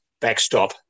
backstop